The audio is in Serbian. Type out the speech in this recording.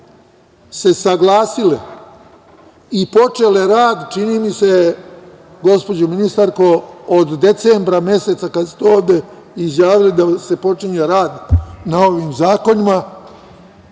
se saglasile i počele rad, čini mi se, gospođo ministarka, od decembra meseca kada ste ovde izjavili da se počinje rad na ovim zakonima,